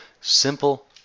simple